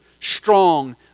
strong